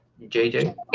JJ